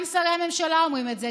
גם שרי הממשלה אומרים את זה,